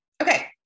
Okay